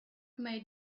made